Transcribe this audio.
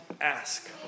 ask